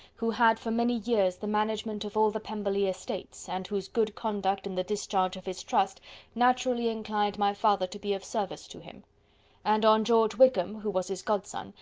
who had for many years the management of all the pemberley estates, and whose good conduct in the discharge of his trust naturally inclined my father to be of service to him and on george wickham, who was his godson,